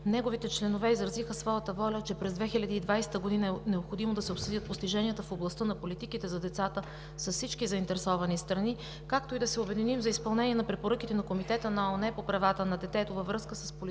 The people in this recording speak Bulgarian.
неговите членове изразиха своята воля, че през 2020 г. е необходимо да се обсъдят постиженията в областта на политиките за децата с всички заинтересовани страни, както и да се обединим за изпълнение на препоръките на Комитета на ООН по правата на детето във връзка с политиките